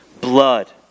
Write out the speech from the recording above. blood